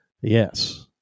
Yes